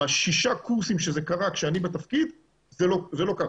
שבשישה קורסים כשאני בתפקיד זה לא קרה.